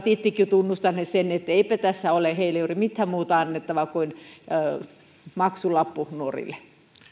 itsekin jo tunnustaneet sen että eipä tässä ole heillä juuri mitään muuta annettavaa kuin maksulappu nuorille